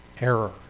error